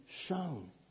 shown